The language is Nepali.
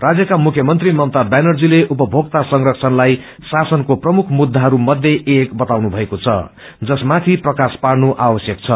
राज्यका मुख्य मंत्री ममता व्यनर्जीले उपभोक्ता संरक्षणलाई शासनको प्रमुख मुद्दाहरू मध्ये एक बताउनू भएको छ जसमाथि प्रकाश पार्नु आवश्यक छ